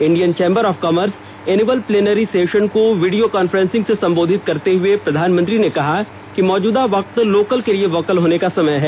Indian chamber of commerce annual plenary session को video conferencing से संबोधित करते हुए प्रधानमंत्री ने कहा कि मौजूदा वक्त लोकल के लिए वोकल होने का है